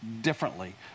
differently